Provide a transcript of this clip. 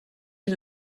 die